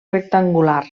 rectangular